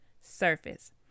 surface